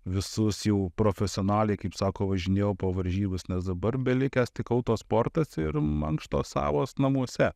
visus jau profesionaliai kaip sako važinėjau po varžybas nes dabar belikęs tik autosportas ir mankštos savos namuose